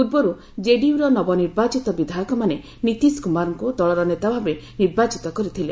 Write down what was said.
ପୂର୍ବରୁ ଜେଡିୟୁର ନବନିର୍ବାଚିତ ବିଧାୟକମାନେ ନିତୀଶ କୁମାରଙ୍କୁ ଦଳର ନେତାଭାବେ ନିର୍ବାଚିତ କରିଥିଲେ